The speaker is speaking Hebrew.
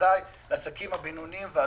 בוודאי לעסקים הבינוניים והגדולים.